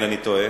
אם אינני טועה,